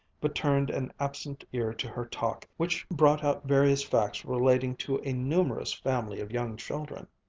but turned an absent ear to her talk, which brought out various facts relating to a numerous family of young children.